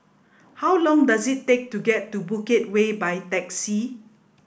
how long does it take to get to Bukit Way by taxi